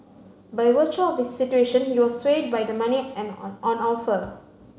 by virtue of his situation he was swayed by the money and on on offer